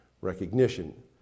recognition